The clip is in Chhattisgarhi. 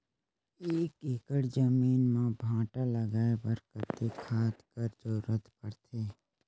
एक एकड़ जमीन म भांटा लगाय बर कतेक खाद कर जरूरत पड़थे?